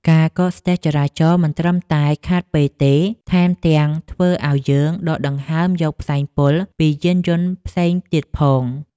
ការកកស្ទះចរាចរណ៍មិនត្រឹមតែខាតពេលទេ ថែមទាំងធ្វើឱ្យយើងដកដង្ហើមយកផ្សែងពុលពីយានយន្តផ្សេងទៀតផង។